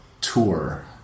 tour